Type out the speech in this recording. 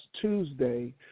Tuesday